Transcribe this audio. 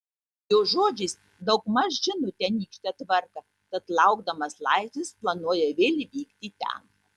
jo žodžiais daugmaž žino tenykštę tvarką tad laukdamas laisvės planuoja vėl vykti ten